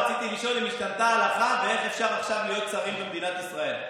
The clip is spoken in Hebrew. רציתי לשאול אם השתנתה ההלכה ואיך אפשר עכשיו להיות שרים במדינת ישראל.